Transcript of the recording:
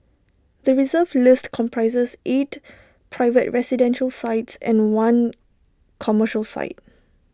the Reserve List comprises eight private residential sites and one commercial site